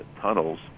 tunnels